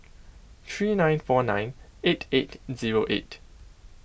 three nine four nine eight eight zero eight